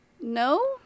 No